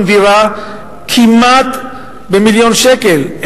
דירה במיליון שקל,